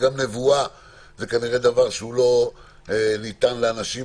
וגם נבואה זה כנראה דבר שלא ניתן לאנשים